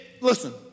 listen